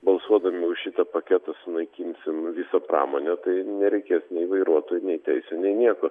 balsuodami už šitą paketą sunaikinsim visą pramonę tai nereikės nei vairuotojų nei teisių nei nieko